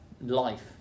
life